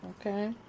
Okay